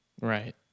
right